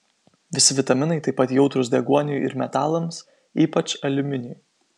visi vitaminai taip pat jautrūs deguoniui ir metalams ypač aliuminiui